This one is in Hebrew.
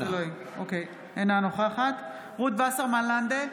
אינה נוכחת רות וסרמן לנדה,